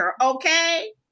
okay